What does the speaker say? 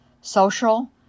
social